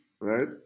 right